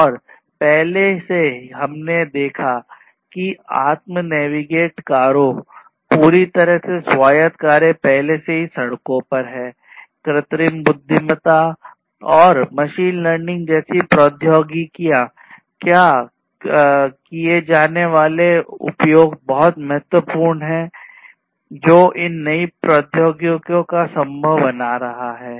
और पहले से ही हमने देखा है कि आत्म नेविगेट कारों और मशीन लर्निंग जैसी प्रौद्योगिकियों क्या किया जाने वाला उपयोग बहुत महत्वपूर्ण है जो इन नई प्रौद्योगिकियों को संभव बना रहा है